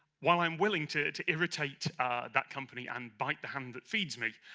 while i'm willing to to irritate that company and bite the hand that feeds me,